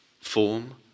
form